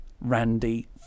Randy